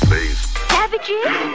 Savages